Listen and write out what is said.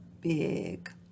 big